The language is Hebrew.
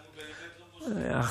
אנחנו באמת לא מושלים,